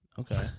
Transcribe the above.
Okay